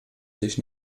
sich